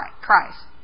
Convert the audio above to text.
Christ